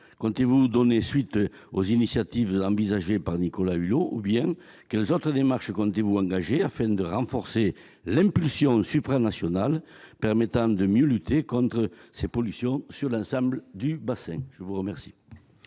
Comptez-vous donner suite aux initiatives envisagées par Nicolas Hulot ? Dans le cas contraire, quelles autres démarches comptez-vous engager afin de renforcer l'impulsion supranationale permettant de mieux lutter contre ces pollutions sur l'ensemble du bassin méditerranéen